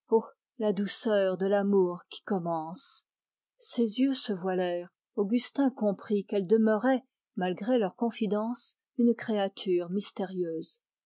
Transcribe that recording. la douceur de l'amour qui commence ses yeux se voilèrent augustin comprit qu'elle demeurait malgré leurs confidences une créature mystérieuse